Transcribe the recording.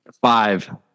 Five